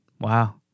Wow